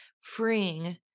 freeing